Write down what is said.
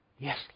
Yes